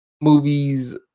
movies